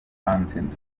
content